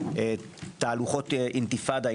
תהלוכות אינתיפאדה,